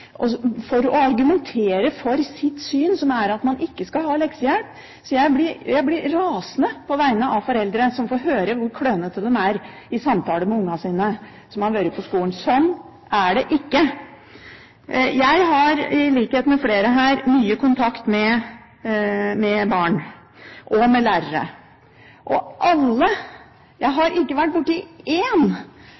for å argumentere for sitt syn, som er at man ikke skal ha leksehjelp. Jeg blir rasende på vegne av foreldre som får høre hvor klønete de er i samtale med sine barn som har vært på skolen. Slik er det ikke! Jeg har, i likhet med flere her, mye kontakt med barn og med lærere, og alle